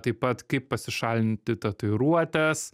taip pat kaip pasišalinti tatuiruotes